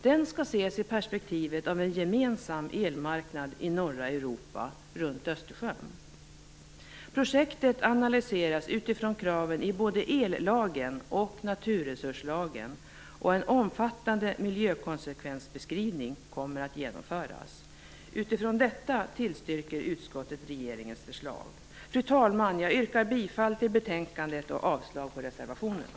Den skall ses i perspektivet av en gemensam elmarknad i norra Europa, runt Östersjön. Projektet analyseras utifrån kraven i både ellagen och naturresurslagen, och en omfattande miljökonsekvensbeskrivning kommer att göras. Utifrån detta tillstyrker utskottet regeringens förslag. Fru talman! Jag yrkar bifall till hemställan i betänkandet och avslag på reservationerna.